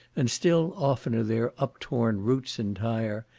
and still oftener their uptorn roots entire,